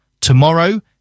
Tomorrow